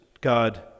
God